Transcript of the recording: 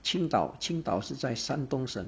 青岛青岛是在山东审